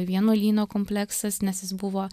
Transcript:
vienuolyno kompleksas nes jis buvo